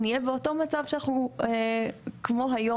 נהיה באותו מצב שבו אנחנו נמצאים היום,